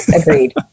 Agreed